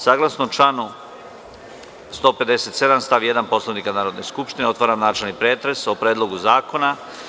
Saglasno članu 157. stav 1. Poslovnika Narodne skupštine otvaram načelni pretres o Predlogu zakona.